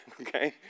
okay